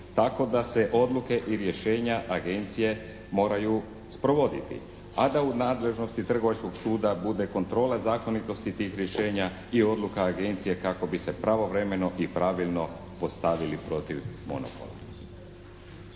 tako da se odluke i rješenja Agencije moraju sprovoditi, a da u nadležnosti Trgovačkog suda bude kontrola zakonitosti tih rješenja i odluka Agencije kako bi se pravovremeno i pravilno postavili protiv monopola.